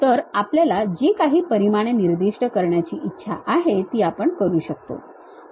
तर आपल्याला जी काही परिमाणे निर्दिष्ट करण्याची इच्छा आहे ती आपण करू शकतो